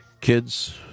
kids